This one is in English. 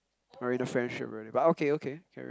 or in a friendship already but okay okay carry on